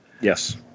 Yes